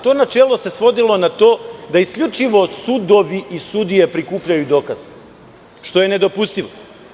To načelo se svodilo na to da isključivo sudovi i sudije prikupljaju dokaze, što je nedopustivo.